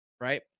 Right